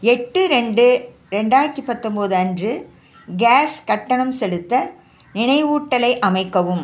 எட்டு ரெண்டு ரெண்டாயிரத்து பத்தொம்பது அன்று கேஸ் கட்டணம் செலுத்த நினைவூட்டலை அமைக்கவும்